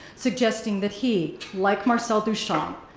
suggesting that he, like marcel duchamp,